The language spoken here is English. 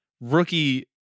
rookie